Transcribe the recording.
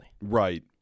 Right